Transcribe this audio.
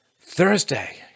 Thursday